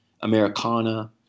Americana